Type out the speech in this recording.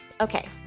Okay